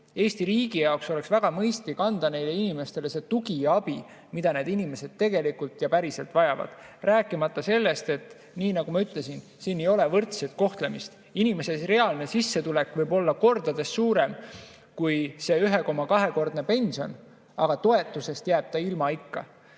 Eesti riigi jaoks oleks väga mõistlik anda neile inimestele see tugi ja abi, mida need inimesed tegelikult ja päriselt vajavad. Rääkimata sellest, et nii nagu ma ütlesin, siin ei ole võrdset kohtlemist: inimese reaalne sissetulek võib olla kordades suurem kui see 1,2‑kordne pension, aga toetust saab ta ikka. Teine